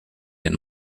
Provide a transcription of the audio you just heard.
den